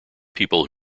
people